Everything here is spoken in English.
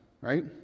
right